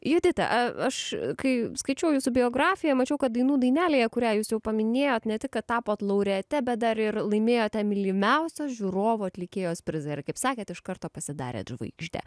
judita a aš kai skaičiau jūsų biografiją mačiau kad dainų dainelėje kurią jūs jau paminėjot ne tik kad tapot laureate bet dar ir laimėjote mylimiausio žiūrovų atlikėjos prizą ir kaip sakėt iš karto pasidarėt žvaigžde